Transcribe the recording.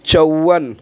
چون